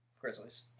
Grizzlies